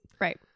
Right